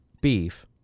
beef